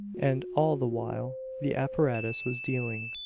and all the while the apparatus was dealing,